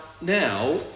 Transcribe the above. now